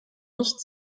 nicht